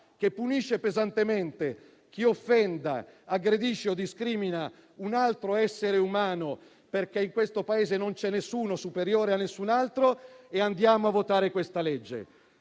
che punisca pesantemente chi offende, aggredisce o discrimina un altro essere umano, perché in questo Paese nessuno è superiore a nessun altro. Andiamo, dunque, a votare questa legge.